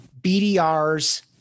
BDRs